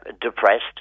depressed